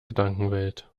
gedankenwelt